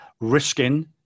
risking